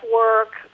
work